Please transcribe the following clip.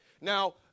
Now